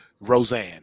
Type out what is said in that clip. Roseanne